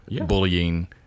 bullying